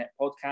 podcast